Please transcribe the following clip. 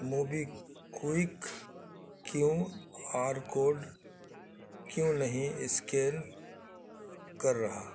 Mobi quake Q R code کیوں نہیں scan کر رہا